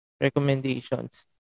recommendations